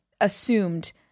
assumed